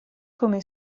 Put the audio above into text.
come